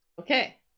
Okay